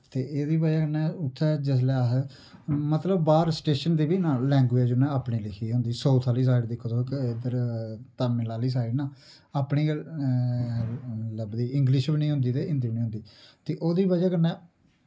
ते एह्दी ब'जा कन्नै उत्थै जिसलै अस मतलब बाह्र स्टेशन दे बी उ'नें अपनी लैग्वेज अपनी लिखी दी होंदी साउथ आह्ली साइड दिक्खो तुस इद्धर तमिल आह्ली साइड ना अपनी गै लभदी इंग्लिश बी निं होंदी ते हिंदी बी निं होंदी ते ओह्दी ब'जा कन्नै